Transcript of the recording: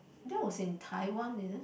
that was in Taiwan is it